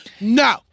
No